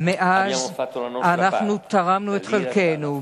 מאז תרמנו את חלקנו,